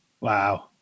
Wow